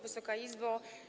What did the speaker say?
Wysoka Izbo!